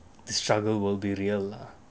the struggle will be real lah